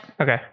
Okay